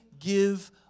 Give